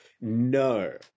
No